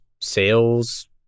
sales